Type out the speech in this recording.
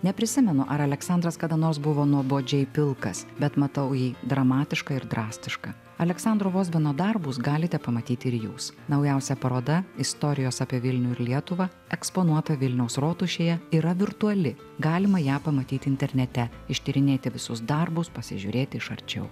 neprisimenu ar aleksandras kada nors buvo nuobodžiai pilkas bet matau jį dramatišką ir drastišką aleksandro vozbino darbus galite pamatyti ir jūs naujausia paroda istorijos apie vilnių ir lietuvą eksponuota vilniaus rotušėje yra virtuali galima ją pamatyti internete ištyrinėti visus darbus pasižiūrėti iš arčiau